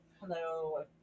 Hello